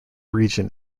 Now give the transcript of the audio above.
region